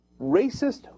racist